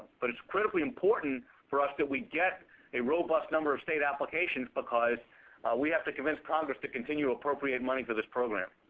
but it's critically important for us that we get a robust number of state applications because we have to convince congress to continue appropriating money for this program.